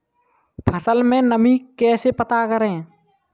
फसल में नमी कैसे पता करते हैं?